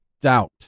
doubt